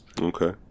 Okay